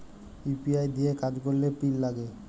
UPI দিঁয়ে কাজ ক্যরলে পিল লাগে